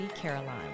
Caroline